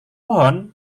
pohon